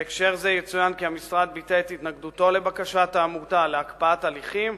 בהקשר זה יצוין כי המשרד ביטא את התנגדותו לבקשת העמותה להקפאת הליכים,